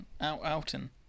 Alton